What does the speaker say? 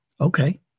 okay